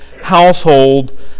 household